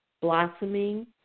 blossoming